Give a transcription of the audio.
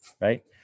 right